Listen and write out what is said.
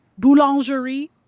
Boulangerie